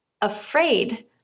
afraid